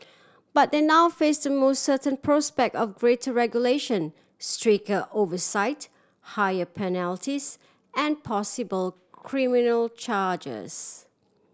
but they now face the most certain prospect of greater regulation stricter oversight higher penalties and possible criminal charges